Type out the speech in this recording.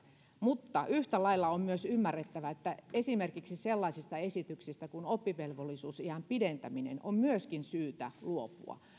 mutta yhtä lailla on ymmärrettävää että esimerkiksi sellaisista esityksistä kuin oppivelvollisuusiän pidentäminen on myöskin syytä luopua